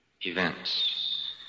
events